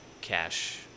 cash